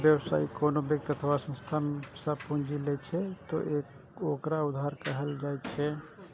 जब व्यवसायी कोनो व्यक्ति अथवा संस्था सं पूंजी लै छै, ते ओकरा उधार कहल जाइ छै